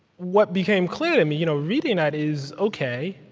what became clear to me, you know reading that, is ok,